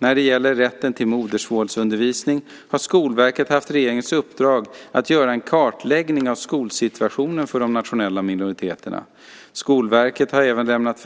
När det gäller rätten till modersmålsundervisning har Skolverket haft regeringens uppdrag att göra en kartläggning av skolsituationen för de nationella minoriteterna. Skolverket har även lämnat